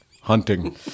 Hunting